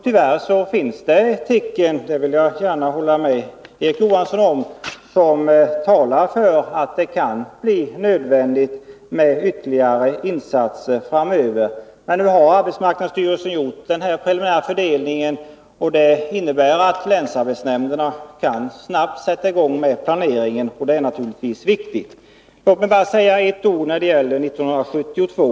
Tyvärr finns det tecken — det vill jag gärna hålla med Erik Johansson om — som talar för att det kan bli nödvändigt med ytterligare insatser framöver. Men nu har arbetsmarknadsstyrelsen gjort den här preliminära fördelningen, och det innebär att länsarbetsnämnderna snabbt kan sätta i gång med planeringen, vilket är viktigt. Låt mig säga bara några ord om situationen år 1972.